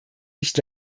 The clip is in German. nicht